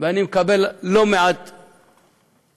ואני מקבל לא מעט הטרדות,